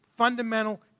fundamental